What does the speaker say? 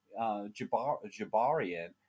Jabarian